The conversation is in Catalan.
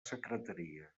secretaria